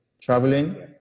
Traveling